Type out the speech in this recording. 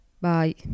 Bye